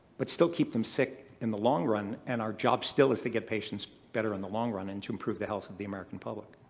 but still keep them sick in the long run and our job still is to get patients better in the long run and to improve the health of the american public.